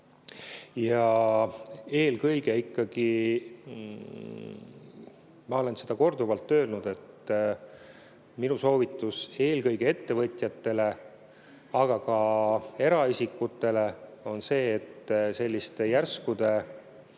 Ja eelkõige ikkagi, ma olen seda korduvalt öelnud, minu soovitus ettevõtjatele, aga ka eraisikutele on see, et selliste järskude